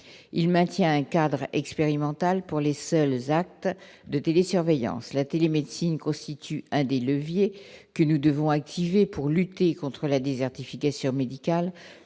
il maintient un cadre expérimental pour les seuls acteurs de télésurveillance, la télémédecine constitue un des leviers que nous devons activé pour lutter contre la désertification médicale